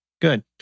Good